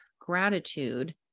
gratitude